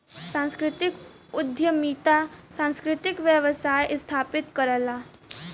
सांस्कृतिक उद्यमिता सांस्कृतिक व्यवसाय स्थापित करला